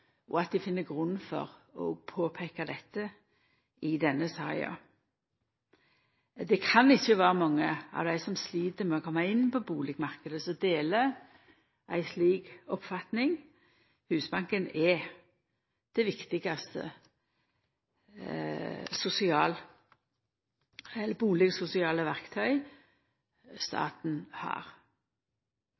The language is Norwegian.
og at dei finn grunn for å påpeika dette i denne saka. Det kan ikkje vera mange av dei som slit med å koma inn på bustadmarknaden, som deler ei slik oppfatning. Husbanken er det viktigaste bustadsosiale verktøyet staten har.